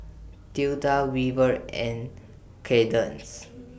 Tilda Weaver and Cadence